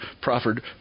proffered